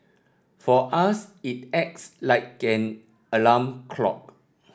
for us it acts like an alarm clock